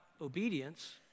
obedience